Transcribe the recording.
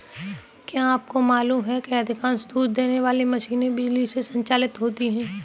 क्या आपको मालूम है कि अधिकांश दूध देने वाली मशीनें बिजली से संचालित होती हैं?